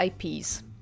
IPs